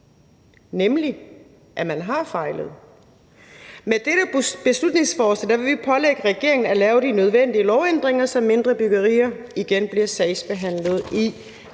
altså at man har fejlet. Med dette beslutningsforslag vil vi pålægge regeringen at lave de nødvendige lovændringer, så mindre byggerier igen bliver sagsbehandlet i